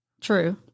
True